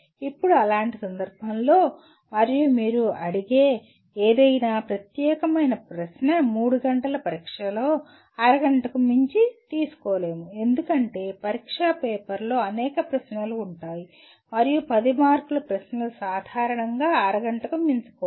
ఇప్పుడు అలాంటి సందర్భంలో మరియు మీరు అడిగే ఏదైనా ప్రత్యేకమైన ప్రశ్న 3 గంటల పరీక్షలో అరగంటకు మించి తీసుకోలేము ఎందుకంటే పరీక్షా పేపర్లో అనేక ప్రశ్నలు ఉంటాయి మరియు 10 మార్కుల ప్రశ్నలు సాధారణంగా అరగంటకు మించకూడదు